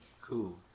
Cool